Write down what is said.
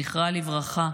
זכרה לברכה,